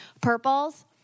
Purples